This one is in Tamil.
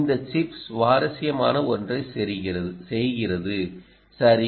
இந்த சிப் சுவாரஸ்யமான ஒன்றைச் செய்கிறது சரி